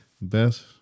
Best